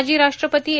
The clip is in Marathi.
माजी राष्ट्रपती ए